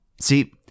See